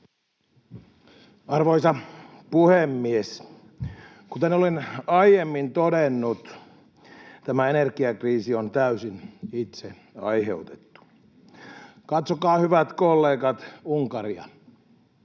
Arvoisa puhemies! Kuten olen aiemmin todennut, tämä energiakriisi on täysin itse aiheutettu. Katsokaa, hyvät kollegat, Unkaria.